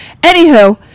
Anywho